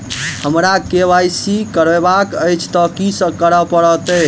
हमरा केँ Y C करेवाक अछि तऽ की करऽ पड़तै?